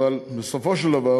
בסופו של דבר